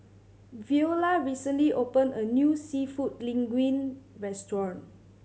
Viola recently opened a new Seafood Linguine Restaurant